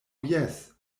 jes